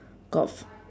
got f~